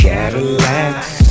Cadillacs